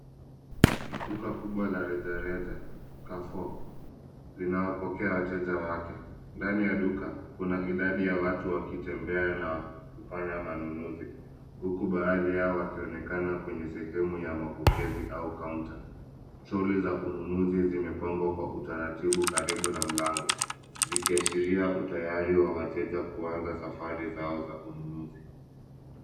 Duka kubwa la rejareja Carrefour. Linawapokea wateja wake. Ndani ya duka kuna idadi watu wakitembea na kufanya manunuzi huku badhi yao wakionekana kwenye sehemu ya mapokezi au kaunta, shughuli za ununuzi zimepangwa utaratibu karibu na mlango. Zikiashiria utayari wa wateja kuanza safari zao ununuzi.